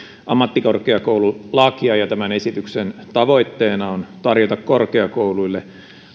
ammattikorkeakoululakia ja tämän esityksen tavoitteena on tarjota korkeakouluille